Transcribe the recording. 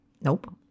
Nope